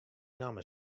namme